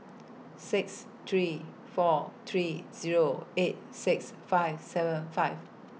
six three four three Zero eight six five seven five